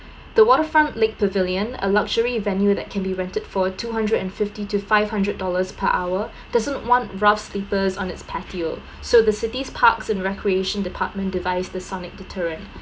the waterfront lake pavilion a luxury venue that can be rented for two hundred and fifty to five hundred dollars per hour doesn't want rough slippers on it's patio so the city's parks and recreation department devised the sonic deterrent